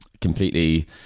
completely